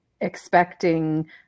expecting